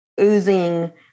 oozing